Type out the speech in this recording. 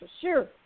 sure